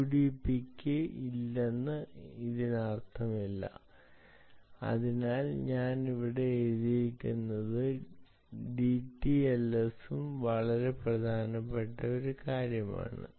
യുഡിപിക്ക് ഇല്ലെന്ന് ഇതിനർത്ഥമില്ല അതിനാലാണ് ഞാൻ ഇവിടെ എഴുതിയത് ഡിടിഎൽഎസും വളരെ പ്രധാനപ്പെട്ട ഒരു കാര്യമാണ്